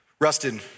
Rustin